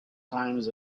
times